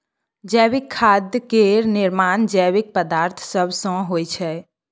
जैविक खाद केर निर्माण जैविक पदार्थ सब सँ होइ छै